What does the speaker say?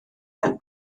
mewn